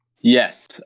Yes